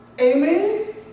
Amen